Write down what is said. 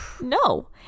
no